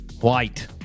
White